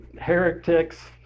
heretics